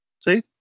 See